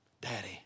Daddy